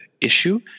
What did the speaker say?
issue